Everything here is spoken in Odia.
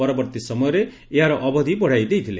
ପରବର୍ଭୀ ସମୟରେ ଏହାର ଅବଧି ବଢ଼ାଇ ଦେଇଥିଲେ